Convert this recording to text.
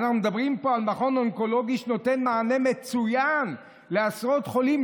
אנחנו מדברים פה על מכון אונקולוגי שנותן מענה מצוין לעשרות חולים.